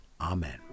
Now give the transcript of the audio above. Amen